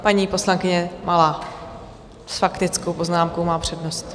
Paní poslankyně Malá s faktickou poznámkou má přednost.